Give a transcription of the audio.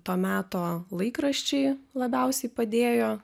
to meto laikraščiai labiausiai padėjo